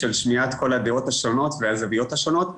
של שמיעת כל הדעות השונות והזוויות השונות,